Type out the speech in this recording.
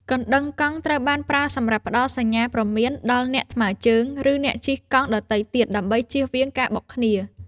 កណ្ដឹងកង់ត្រូវបានប្រើសម្រាប់ផ្ដល់សញ្ញាព្រមានដល់អ្នកថ្មើរជើង ឬអ្នកជិះកង់ដទៃទៀត ដើម្បីជៀសវាងការបុកគ្នា។